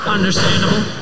Understandable